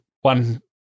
one